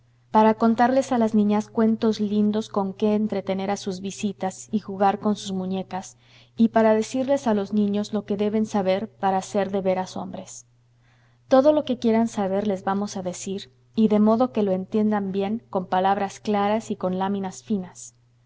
para contarles a las niñas cuentos lindos con que entretener a sus visitas y jugar con sus muñecas y para decirles a los niños lo que deben saber para ser de veras hombres todo lo que quieran saber les vamos a decir y de modo que lo entiendan bien con palabras claras y con láminas finas